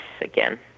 again